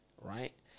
right